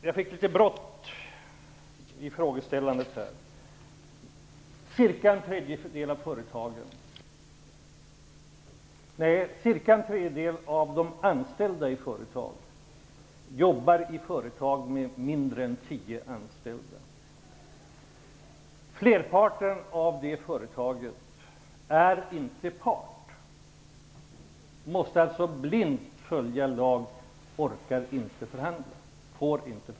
Jag fick litet bråttom med frågeställandet i mitt senaste inlägg. Cirka en tredjedel de anställda i företagen jobbar i företag med mindre än tio anställda. Merparten av de företagen är inte part. De måste alltså blint följa lagen och får inte förhandla.